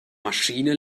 maschine